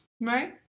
right